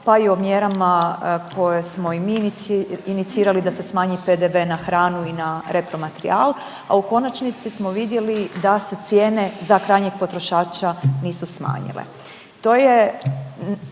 pa i o mjerama koje smo i mi inicirali da se smanji PDV na hranu i na repromaterijal, a u konačnici smo vidjeli da se cijene za krajnjeg potrošača nisu smanjile.